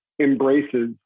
embraces